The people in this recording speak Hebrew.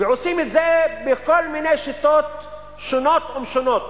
ועושים את זה בכל מיני שיטות שונות ומשונות,